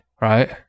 right